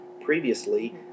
previously